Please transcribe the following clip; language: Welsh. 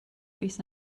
fis